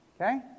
okay